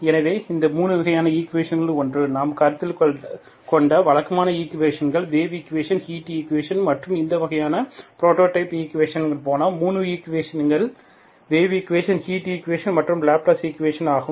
எனவே இந்த 3 வகையான ஈக்குவேஷன்களில் ஒன்று நாம் கருத்தில் கொண்ட வழக்கமான equation wave equation heat equation மற்றும் இந்த வகையின் புரோடோடைப் ஈக்குவேஷன் போல 3 வகையான equation wave equation heat equation மற்றும் லாப்லஸ் ஈக்குவேஷன் ஆகும்